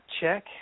check